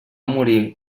morir